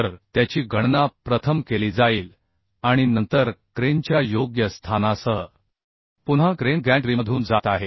तर त्याची गणना प्रथम केली जाईल आणि नंतर क्रेनच्या योग्य स्थानासह पुन्हा क्रेन गॅन्ट्रीमधून जात आहे